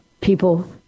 people